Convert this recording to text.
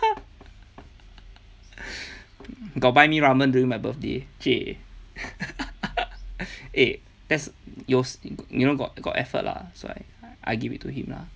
got buy me ramen during my birthday cheh eh that's yo~ you know got got effort lah so I I give it to him lah